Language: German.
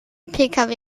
pkw